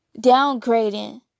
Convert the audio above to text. Downgrading